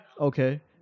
Okay